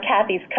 Kathy's